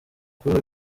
kuri